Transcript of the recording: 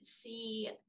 see